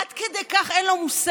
עד כדי כך אין מושג,